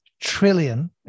trillion